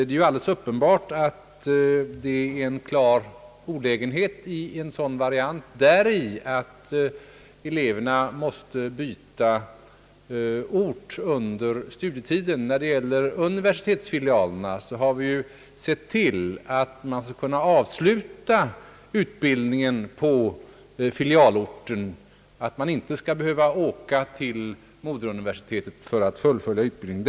Det är alldeles uppenbart att det ligger en klar olägenhet i en sådan variant som medför att eleverna måste byta ort under studietiden. När det gäller universitetsfilialerna har vi sett till att man skall kunna avsluta utbildningen på filialorten och att man inte skall behöva åka till moderuniversitetet för att fullfölja utbildningen.